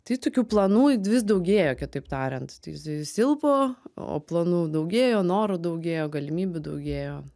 tai tokių planų vis daugėjo kitaip tariant tai jis jis silpo o planų daugėjo norų daugėjo galimybių daugėjo